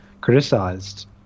criticized